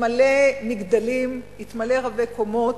התמלא מגדלים, התמלא רבי-קומות,